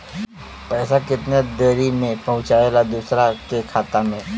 पैसा कितना देरी मे पहुंचयला दोसरा के खाता मे?